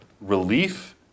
relief